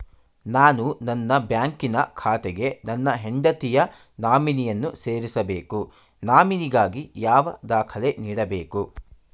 ನಾನು ನನ್ನ ಬ್ಯಾಂಕಿನ ಖಾತೆಗೆ ನನ್ನ ಹೆಂಡತಿಯ ನಾಮಿನಿಯನ್ನು ಸೇರಿಸಬೇಕು ನಾಮಿನಿಗಾಗಿ ಯಾವ ದಾಖಲೆ ನೀಡಬೇಕು?